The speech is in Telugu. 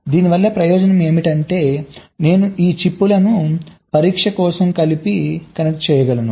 దీని వలన ప్రయోజనం ఏమిటంటే నేను ఈ చిప్లను పరీక్ష కోసం కలిపి కనెక్ట్ చేయగలను